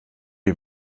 die